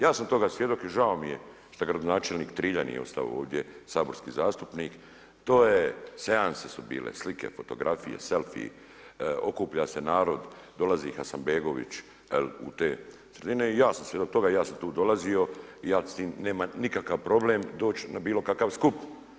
Ja sam toga svjedok i žao mi je šta gradonačelnik Trilja nije ostao ovdje, saborski zastupnik, to je seanse su bile, slike, fotografije, selfiji, okuplja se narod, dolazi Hasanbegović u te sredine i ja sam svjedok toga i ja sam tu dolazio i ja s tim nemam nikakav problem doć na bilo kakav skup.